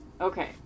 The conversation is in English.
Okay